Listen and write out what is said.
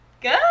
Good